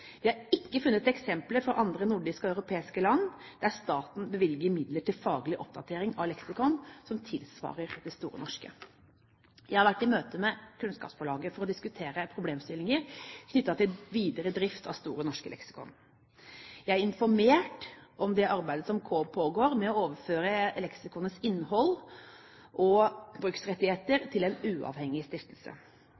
Vi har ikke funnet eksempler på andre nordiske/europeiske land der staten bevilger midler til faglig oppdatering av leksikon som tilsvarer Store norske. Jeg har vært i møte med Kunnskapsforlaget for å diskutere problemstillinger knyttet til videre drift av Store norske leksikon. Jeg er informert om det arbeidet som pågår med å overføre leksikonets innhold og bruksrettigheter